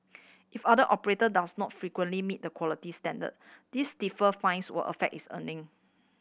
if other operator does not frequently meet the quality standard these stiffer fines will affect its earning